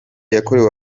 yakorewe